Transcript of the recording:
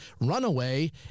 Runaway